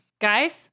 guys